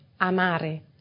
amare